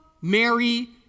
Mary